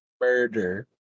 Murder